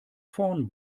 vorn